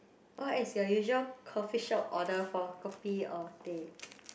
what's your usual coffeeshop order for kopi or teh